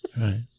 right